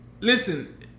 listen